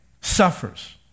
suffers